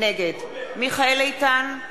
נגד מיכאל איתן,